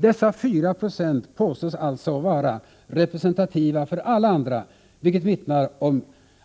Dessa 4 90 påstås alltså vara representativa för alla andra, vilket vittnar om